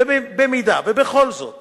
ובמידה שבכל זאת